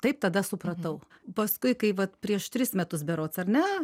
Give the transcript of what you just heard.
taip tada supratau paskui kai vat prieš tris metus berods ar ne